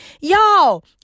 y'all